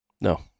No